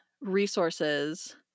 resources